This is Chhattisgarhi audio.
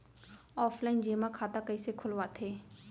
ऑफलाइन जेमा खाता कइसे खोलवाथे?